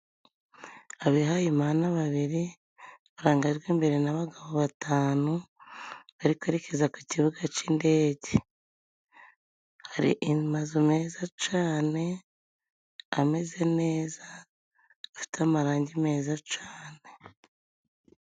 Abihamana babiri barangajwe imbere n'abagabo batanu bari kwerekeza ku cibuga c'indege. Hari amazu meza cane, ameze neza, afite amarangi meza cane.